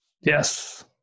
Yes